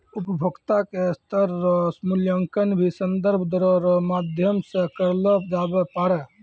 उपभोक्ता के स्तर रो मूल्यांकन भी संदर्भ दरो रो माध्यम से करलो जाबै पारै